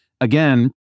again